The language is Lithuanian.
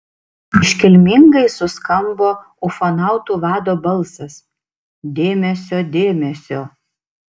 iškilmingai suskambo ufonautų vado balsas dėmesio dėmesio